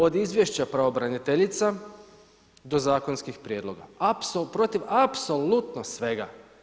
Od izvješća pravobraniteljica do zakonskih prijedloga, protiv apsolutno svega.